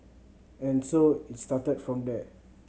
and so it started from there